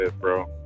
bro